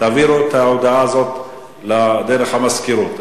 תעביר את ההודעה הזאת דרך המזכירות.